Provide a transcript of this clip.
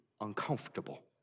uncomfortable